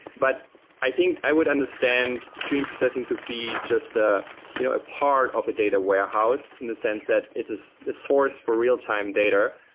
but i think i would understand stream processing to be just ah you know a part of a data warehouse in the sense that it is a source for real-time data.